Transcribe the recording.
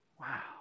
Wow